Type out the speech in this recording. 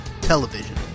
Television